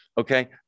okay